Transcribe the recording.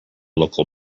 local